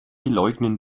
leugnen